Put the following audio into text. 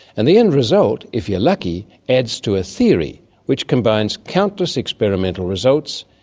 and the end result if you're lucky, adds to a theory which combines countless experimental results,